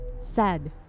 sad